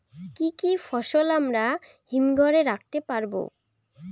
কি কি ফসল আমরা হিমঘর এ রাখতে পারব?